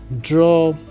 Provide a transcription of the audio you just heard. draw